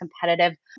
competitive